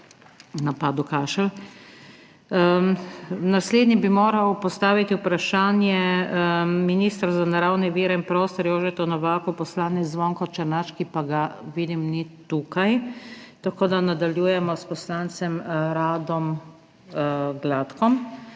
napadel kašelj. Naslednji bi moral postaviti vprašanje ministru za naravne vire in prostor, Jožetu Novaku, poslanec Zvonko Černač, ki pa ga ni tukaj. Ne vidim ga. Nadaljujemo s poslancem Radom Gladkom,